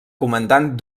comandant